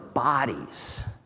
bodies